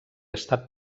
estat